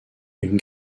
une